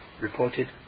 reported